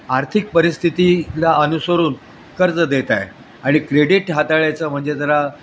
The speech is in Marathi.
आर्थिक परिस्थितीला अनुसरून कर्ज देत आहे आणि क्रेडिट हाताळायचं म्हणजे जरा